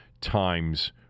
times